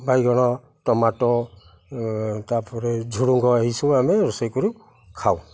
ବାଇଗଣ ଟମାଟୋ ତାପରେ ଝୁଡ଼ୁଙ୍ଗ ଏହିସବୁ ଆମେ ରୋଷେଇ କରି ଖାଉ